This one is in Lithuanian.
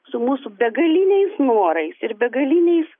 su mūsų begaliniais norais ir begaliniais